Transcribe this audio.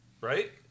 Right